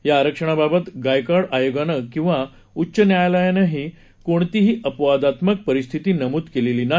या आरक्षणाबाबत गायकवाड आयोगानं किंवा उच्च न्यायालयानंही कोणतीही अपवादात्मक परिस्थिती नमूद केलेली नाही